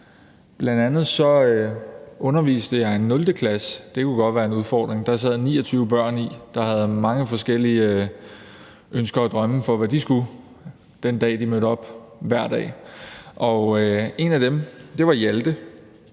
Bl.a. underviste jeg en 0.-klasse, og det kunne godt være en udfordring. Der sad 29 børn, der hver dag havde mange forskellige ønsker og drømme for, hvad de skulle den dag, de mødte op, og en af dem var Hjalte